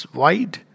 wide